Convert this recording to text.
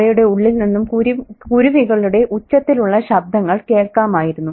അവയുടെ ഉള്ളിൽ നിന്നും കുരുവികളുടെ ഉച്ചത്തിലുള്ള ശബ്ദങ്ങൾ കേൾക്കാമായിരുന്നു